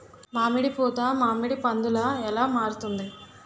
మామిడి పూత మామిడి పందుల ఎలా మారుతుంది?